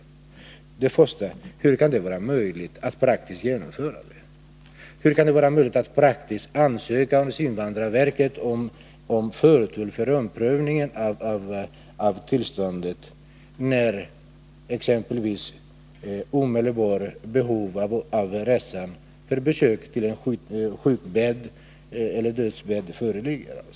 För det första: Hur kan det vara möjligt att praktiskt genomföra detta, dvs. att ansöka hos invandrarverket om förtur för prövningen av tillståndet när exempelvis omedelbart behov av en resa för besök till en sjukbädd eller dödsbädd föreligger?